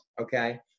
Okay